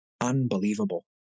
unbelievable